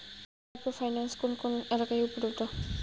Micro finance কোন কোন এলাকায় উপলব্ধ?